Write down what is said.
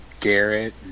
Garrett